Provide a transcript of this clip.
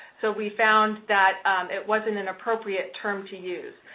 so, we found that it wasn't an appropriate term to use.